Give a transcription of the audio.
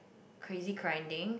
crazy grinding